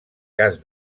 cas